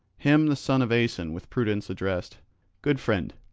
him the son of aeson with prudence addressed good friend,